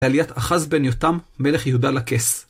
עליית אחז בן יותם, מלך יהודה לכס